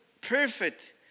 perfect